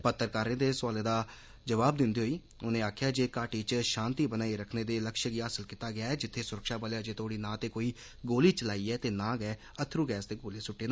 पत्रकारें दे सुआलें दा जवाब दिंदे होई उनें आक्खेआ जे घाटी च शांति बनाई रखने दे लक्ष्य गी हासल कीता गया ऐ जित्थे सुरक्षा बलें अजें तोड़ी न ते कोई गोली चलाई ते ना गै अत्थरू गैस दे गोले सुट्टे